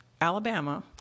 Alabama